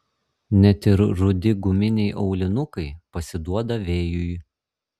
net ir rudi guminiai aulinukai pasiduoda vėjui